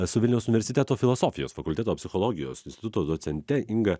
su vilniaus universiteto filosofijos fakulteto psichologijos instituto docente inga